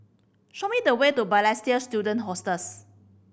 show me the way to Balestier Student Hostels